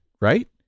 Right